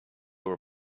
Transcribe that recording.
were